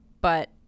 But-